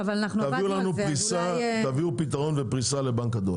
תביאו פתרון לפריסה לבנק הדואר.